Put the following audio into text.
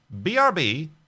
BRB